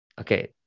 Okay